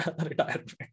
retirement